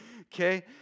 Okay